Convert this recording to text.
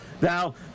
now